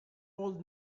old